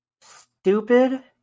stupid